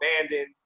abandoned